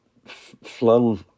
flung